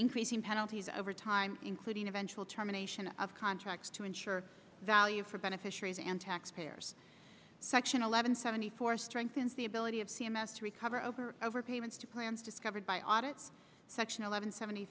increasing penalties over time including eventual terminations of contracts to ensure value for beneficiaries and tax payers section eleven seventy four strengthens the ability of c m s to recover over over payments to plans discovered by audit section eleven seventy